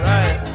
Right